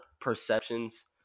perceptions